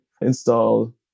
install